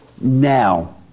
now